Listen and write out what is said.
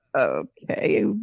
okay